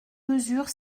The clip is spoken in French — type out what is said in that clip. mesure